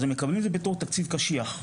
אז הם מקבלים את זה בתור תקציב קשיח.